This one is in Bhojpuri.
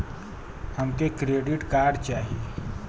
हमके क्रेडिट कार्ड चाही